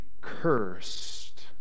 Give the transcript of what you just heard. cursed